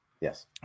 Yes